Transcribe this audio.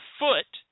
foot